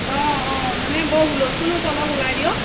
অঁ অঁ মানে বৰ হুলস্থুল হৈছে অলপ ওলাই দিয়ক